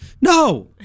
No